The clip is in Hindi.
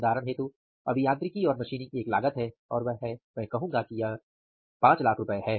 उदाहरण के लिए अभियांत्रिकी और मशीनिंग एक लागत है और वह है मैं कहूंगा कि यह 500000 रुपये है